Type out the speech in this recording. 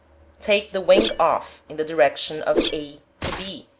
take the wing off, in the direction of a to b,